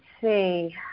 see